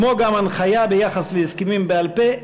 כמו גם ההנחיה ביחס להסכמים בעל-פה,